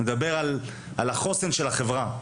מדבר על החוסן של החברה,